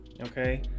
okay